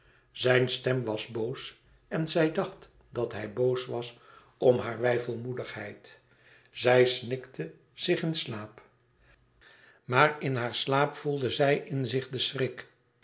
zijn stem was boos en zij dacht dat hij boos was om hare weifelmoedigheid zij snikte zich in slaap maar in haar slaap voelde zij in zich den schrik